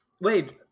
Wait